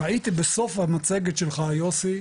ראיתי בסוף המצגת שלך, יוסי,